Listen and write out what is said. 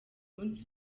munsi